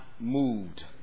moved